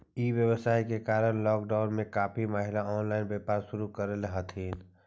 ई व्यवसाय के कारण लॉकडाउन में काफी महिला ऑनलाइन व्यापार शुरू करले हथिन